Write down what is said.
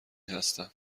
هستم